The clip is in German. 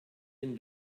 den